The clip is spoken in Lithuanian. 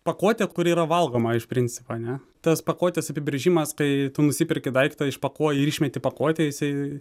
pakuotė kuri yra valgoma iš principo ar ne tas pakuotės apibrėžimas kai tu nusiperki daiktą išpakuoji ir išmeti pakuotę jisai